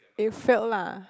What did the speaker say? it failed lah